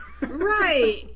Right